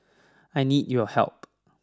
I need your help